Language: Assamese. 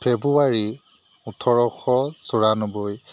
ফেব্ৰুৱাৰী ওঠৰশ চৌৰান্নব্বৈ